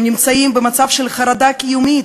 הם נמצאים במצב של חרדה קיומית,